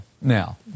Now